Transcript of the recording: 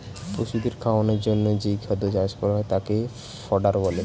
পশুদের খাওয়ানোর জন্যে যেই খাদ্য চাষ করা হয় তাকে ফডার বলে